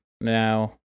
now